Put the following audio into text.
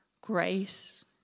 grace